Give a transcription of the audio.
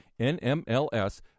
NMLS